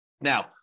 Now